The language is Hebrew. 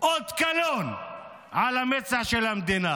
אות קלון על המצח של המדינה,